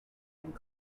and